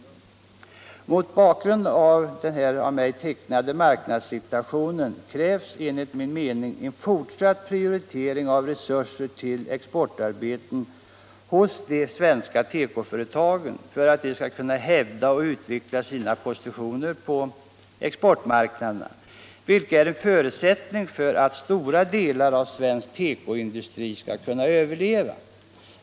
Mot bakgrund av den av mig tecknade marknadssituationen krävs enligt min mening en fortsatt prioritering av resurser till exportarbeten hos de svenska tekoföretagen för att de skall kunna hävda och utveckla sina positioner på exportmarknaderna, vilket är en förutsättning för att stora delar av svensk tekoindustri skall kunna överleva.